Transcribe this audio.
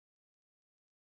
okay